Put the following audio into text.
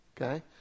okay